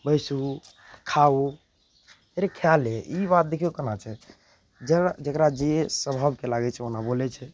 बैसू खाउ रे खाय ले ई बात देखियौ केना छै जे जकरा जे स्वाभावके लागय छै ओ ओना बोलय छै